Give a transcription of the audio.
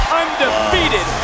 undefeated